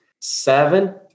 seven